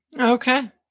Okay